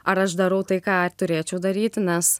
ar aš darau tai ką turėčiau daryti nes